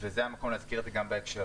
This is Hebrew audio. זה המקום להזכיר זאת.